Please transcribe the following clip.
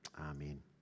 Amen